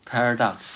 Paradox